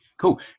Cool